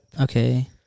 Okay